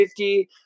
50